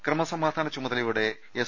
ക്രമസമാധാന ചുമതലയോടെ എസ്